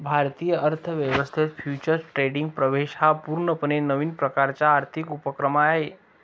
भारतीय अर्थ व्यवस्थेत फ्युचर्स ट्रेडिंगचा प्रवेश हा पूर्णपणे नवीन प्रकारचा आर्थिक उपक्रम आहे